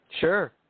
Sure